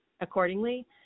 accordingly